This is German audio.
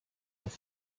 was